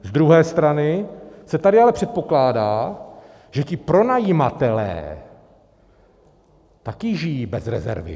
Z druhé strany se tady ale předpokládá, že ti pronajímatelé taky žijí bez rezervy.